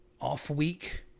off-week